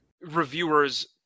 reviewers